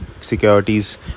Securities